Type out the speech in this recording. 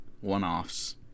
one-offs